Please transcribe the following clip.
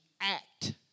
act